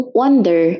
wonder